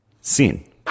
Scene